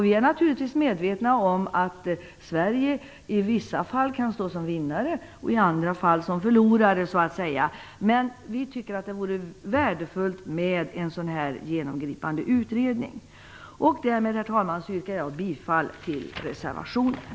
Vi är naturligtvis medvetna om att Sverige i vissa fall kan stå som vinnare och i andra fall som förlorare, så att säga, men vi tycker att det vore värdefullt med en sådan genomgripande utredning. Därmed, herr talman, yrkar jag bifall till reservationen.